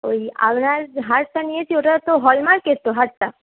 ওই আপনার হারটা নিয়েছি ওটা তো হলমার্কের তো হারটা